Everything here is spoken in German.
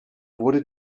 wurde